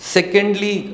Secondly